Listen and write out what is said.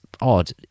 odd